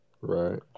Right